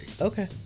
Okay